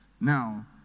now